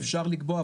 אפשר לקבוע,